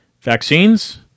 vaccines